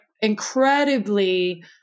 incredibly